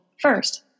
first